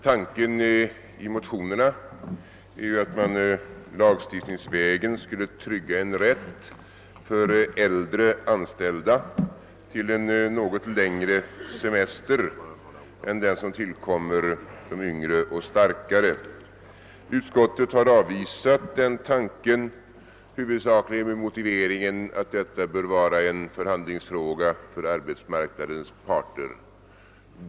Tanken i motionen är ju, att man lagstiftningsvägen skulle genomföra en rätt för äldre anställda till en något längre semester än den som tillkommer de yngre och starkare. Utskottet har avvisat den tanken, huvudsakligen med motiveringen att detta bör vara en förhandlingsfråga för arbetsmarknadens parter.